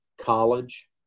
College